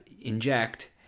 inject